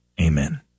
Amen